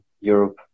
Europe